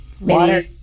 Water